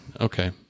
Okay